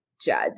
judge